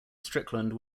strickland